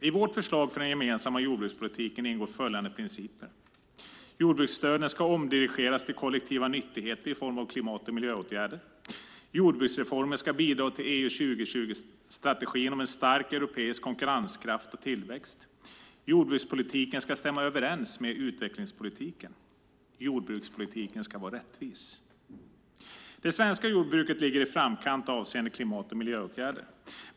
I vårt förslag för den gemensamma jordbrukspolitiken ingår följande principer: Jordbruksstöden ska omdirigeras till kollektiva nyttigheter i form av klimat och miljöåtgärder. Jordbruksreformen ska bidra till EU 2020-strategin om en stark europeisk konkurrenskraft och tillväxt. Jordbrukspolitiken ska stämma överens med utvecklingspolitiken. Jordbrukspolitiken ska vara rättvis. Det svenska jordbruket ligger i framkant avseende klimat och miljöåtgärder.